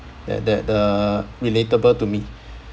that that uh relatable to me